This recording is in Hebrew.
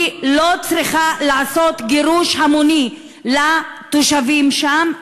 היא לא צריכה לעשות גירוש המוני לתושבים שם.